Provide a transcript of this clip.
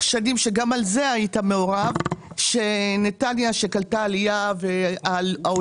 שנים - שגם בזה היית מעורב נתניה שקלטה עלייה ואנחנו